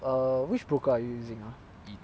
err which broker are you using ah